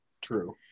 true